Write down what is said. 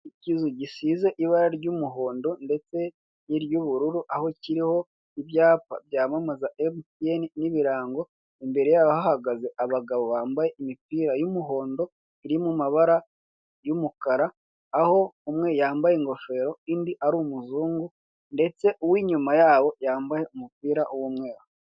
Ikizu gisize ibara ry'umuhondo ndetse n'iry'ubururu aho kiriho ibyapa byamamaza emutiyene n'ibirango, imbere yaho hahagaze abagabo bambaye imipira y'umuhondo iri mu mabara y'umukara, aho umwe yambaye ingofero undi ari umuzungu ndetse uw'inyuma yabo yambaye umupira w'umweru.